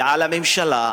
ועל הממשלה,